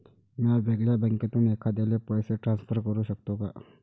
म्या वेगळ्या बँकेतून एखाद्याला पैसे ट्रान्सफर करू शकतो का?